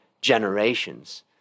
generations